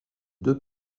deux